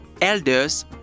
elders